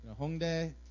Hongdae